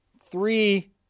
three